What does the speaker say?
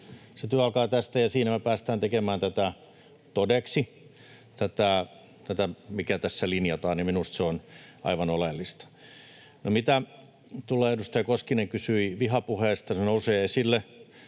Se työ alkaa tästä, ja siinä päästään tekemään todeksi tätä, mikä tässä linjataan, ja minusta se on aivan oleellista. Mitä tulee tähän, kun edustaja Koskinen kysyi vihapuheesta: Se nousee esille,